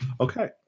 okay